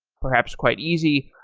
perhaps, quite easy.